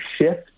shift